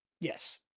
Yes